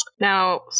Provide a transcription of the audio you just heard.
Now